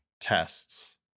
tests